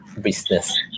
business